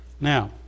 Now